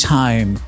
time